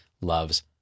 loves